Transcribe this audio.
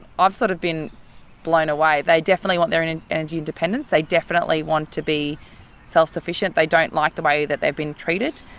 i've sort of been blown away. they definitely want their and and energy independence, they definitely want to be self-sufficient, they don't like the way that they've been treated,